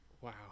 Wow